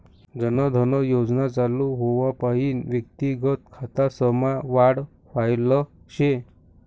जन धन योजना चालू व्हवापईन व्यक्तिगत खातासमा वाढ व्हयल शे